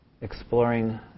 exploring